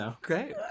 Great